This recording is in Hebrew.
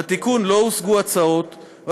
לתיקון לא הוגשו השגות,